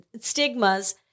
stigmas